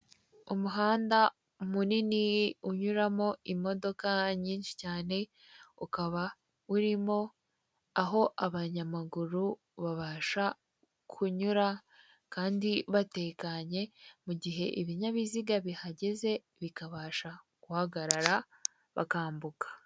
Umuhanda munini unyuramo imodoka nyinshi cyane, ukaba urimo aho abanyamaguru babasha kunyura kandi bateganye, mu gihe ibinyabiziga bihageze bikabasha guhagarara bakambuka.